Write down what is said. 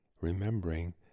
remembering